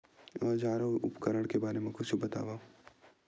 औजार अउ उपकरण के बारे मा कुछु बतावव?